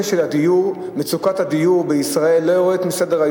של מצוקת הדיור בישראל לא יורד מסדר-היום.